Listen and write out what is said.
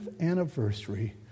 anniversary